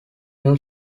new